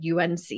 UNC